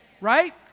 right